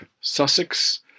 Sussex